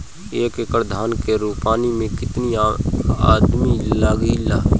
एक एकड़ धान के रोपनी मै कितनी आदमी लगीह?